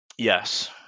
Yes